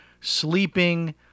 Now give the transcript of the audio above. sleeping